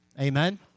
Amen